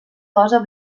cosa